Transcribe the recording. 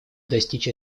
достичь